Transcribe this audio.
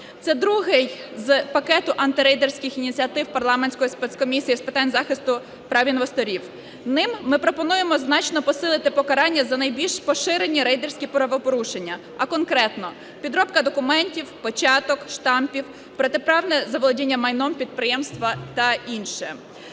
Це другий з пакету антирейдерських ініціатив парламентської спецкомісії з питань захисту прав інвесторів. Ним ми пропонуємо значно посилити покарання за найбільш поширені рейдерські правопорушення, а конкретно: підробка документів, печаток, штампів, протиправне заволодіння майном підприємства та інше.